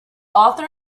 author